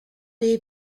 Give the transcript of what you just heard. dei